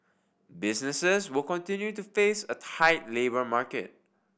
businesses will continue to face a tight labour market